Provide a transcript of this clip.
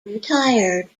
retired